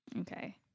Okay